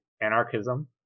anarchism